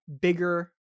bigger